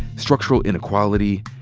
structural inequality,